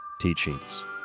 teachings